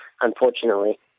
unfortunately